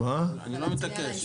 אני לא מתעקש.